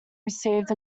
received